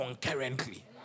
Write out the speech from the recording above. concurrently